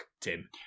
Tim